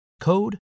code